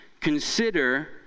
consider